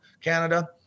Canada